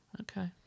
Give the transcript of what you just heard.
Okay